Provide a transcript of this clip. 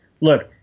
look